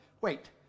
Wait